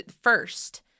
first